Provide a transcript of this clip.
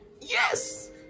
Yes